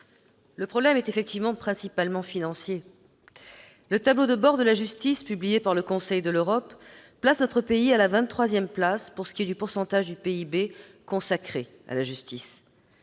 Le problème est effectivement principalement financier. Le tableau de bord de la justice publié par le Conseil de l'Europe classe notre pays à la vingt-troisième place en termes de pourcentage du PIB consacré à la justice.